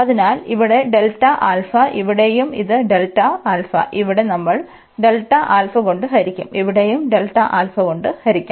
അതിനാൽ ഇവിടെ Δα ഇവിടെയും ഇത് ഇവിടെ നമ്മൾ കൊണ്ട് ഹരിക്കും ഇവിടെയും കൊണ്ട് ഹരിക്കാം